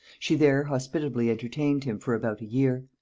she there hospitably entertained him for about a year.